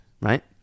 Right